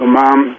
mom